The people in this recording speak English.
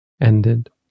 ended